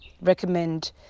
recommend